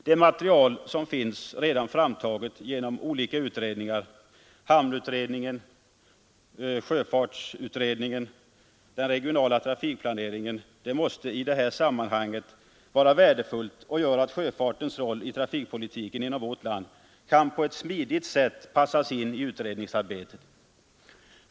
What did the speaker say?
Det material som redan finns framtaget genom olika utredningar — hamnutredningen, sjöfartsutredningen och den regionala trafikplaneringen — måste i detta sammanhang vara värdefullt och gör att sjöfartens roll i trafikpolitiken inom vårt land kan på ett smidigt sätt passas in i utredningsarbetet.